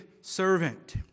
servant